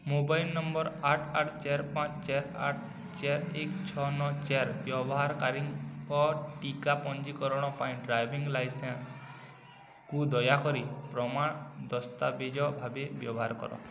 mobile number ଆଠ ଆଠ ଚାର ପାଞ୍ଚ ଚାର ଆଠ ଚାରି ଏକ ଛଅ ନଅ ଚାରି ବ୍ୟବହାରକାରୀଙ୍କ ଟିକା ପଞ୍ଜୀକରଣ ପାଇଁ ଡ୍ରାଇଭିଂ ଲାଇସେନ୍ସ୍କୁ ଦୟାକରି ପ୍ରମାଣ ଦସ୍ତାବେଜ ଭାବେ ବ୍ୟବହାର କର